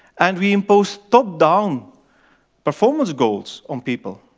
and we imposed top-down performance goals on people.